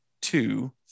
two